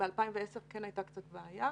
ב-2010 כן הייתה קצת בעיה.